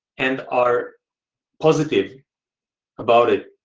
and are positive about it.